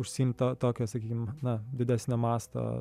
užsiimt tokia sakykim na didesnio masto